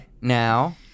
Now